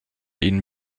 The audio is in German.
ihnen